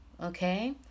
okay